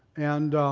and